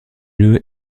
lieu